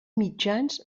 mitjans